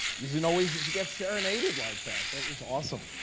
isn't always that you get serenaded like that. that was awesome.